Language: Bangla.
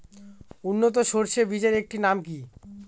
উন্নত সরষে বীজের একটি নাম কি?